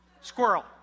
squirrel